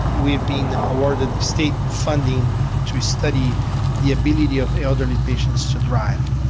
we've been awarded state funding to study the ability of elderly patients to drive.